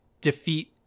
defeat